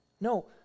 No